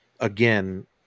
Again